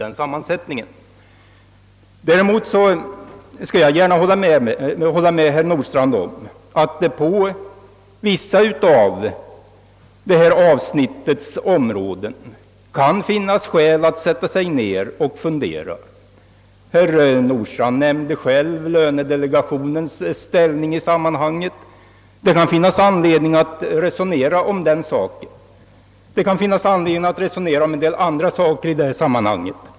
Jag kan emellertid gärna hålla med herr Nordstrandh om att det i fråga om vissa saker inom detta avsnitt kan finnas skäl att sätta sig ned och fundera. Herr Nordstrandh nämnde själv lönedelegationens ställning i sammanhanget. Det kan finnas anledning att resonera om denna sak, liksom om andra frågor i detta sammanhang.